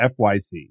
FYC